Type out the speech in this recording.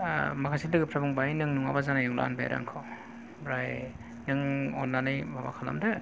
ओ माखासे लोगोफ्रा बुंबाय नों नङाबा जानाय नंला होनबाय आरो आंखौ ओमफ्राय नों अननानै माबा खालामदो